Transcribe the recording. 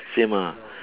same ah